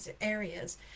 areas